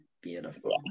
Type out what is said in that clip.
Beautiful